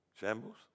shambles